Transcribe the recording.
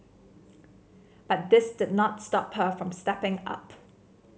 but this did not stop her from stepping up